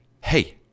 Hey